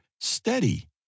steady